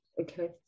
Okay